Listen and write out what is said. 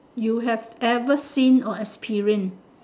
you have ever seen or experience